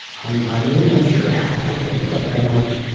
i'm i'm really not sure. i don't think about that much.